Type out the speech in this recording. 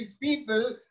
people